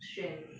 选